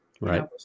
Right